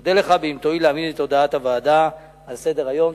אודה לך אם תואיל להעמיד את הודעת הוועדה על סדר-היום.